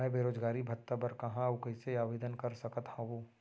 मैं बेरोजगारी भत्ता बर कहाँ अऊ कइसे आवेदन कर सकत हओं?